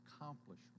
accomplishment